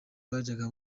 bajyaga